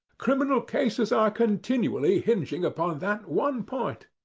criminal cases are continually hinging upon that one point.